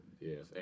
Yes